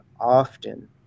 often